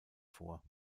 vor